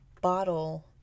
bottle